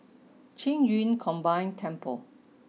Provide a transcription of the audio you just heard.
Qing Yun Combined Temple